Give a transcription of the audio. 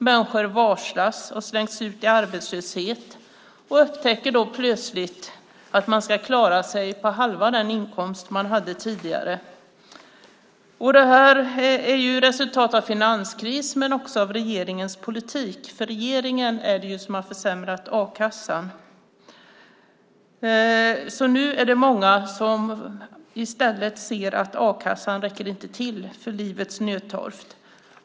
Människor varslas och slängs ut i arbetslöshet och upptäcker då plötsligt att de ska klara sig på halva den inkomst de hade tidigare. Det här är ju ett resultat av finanskrisen, men också av regeringens politik, för det är ju regeringen som har försämrat a-kassan. Nu är det många som ser att a-kassan inte räcker till för livets nödtorft.